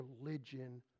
religion